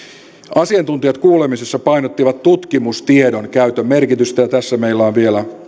asiantuntijat kuulemisessa painottivat tutkimustiedon käytön merkitystä ja tässä meillä on vielä